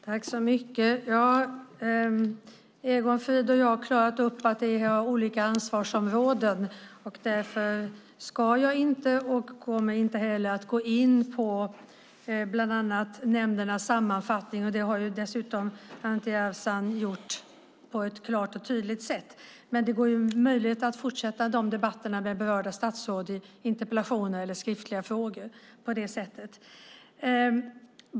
Herr talman! Egon Frid och jag har klarat upp att det är olika ansvarsområden, och därför ska jag inte och kommer inte heller att gå in på bland annat nämndernas sammansättning. Det har dessutom Anti Avsan gjort på ett klart och tydligt sätt. Det finns dock möjlighet att fortsätta dessa debatter med berörda statsråd i interpellationer eller skriftliga frågor.